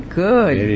good